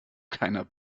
keiner